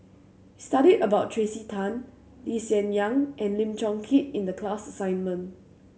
we studied about Tracey Tan Lee Hsien Yang and Lim Chong Keat in the class assignment